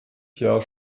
jahr